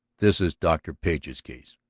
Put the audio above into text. this is dr. page's case.